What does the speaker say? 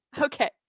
Okay